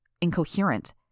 incoherent